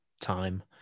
time